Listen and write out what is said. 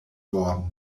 worden